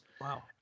Wow